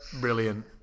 brilliant